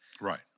Right